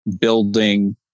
building